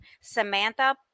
Samantha